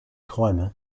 träume